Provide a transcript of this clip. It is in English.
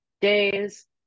days